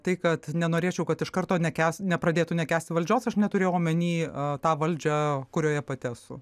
tai kad nenorėčiau kad iš karto nekęs nepradėtų nekęsti valdžios aš neturėjau omeny tą valdžią kurioje pati esu